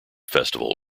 festival